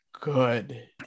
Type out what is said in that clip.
good